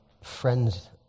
friends